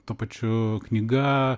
tuo pačiu knyga